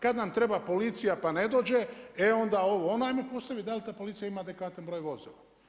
Kad nam treba policija pa ne dođe, e onda ovo ono, ajmo postaviti, dal ta policija ima adekvatan broj vozila.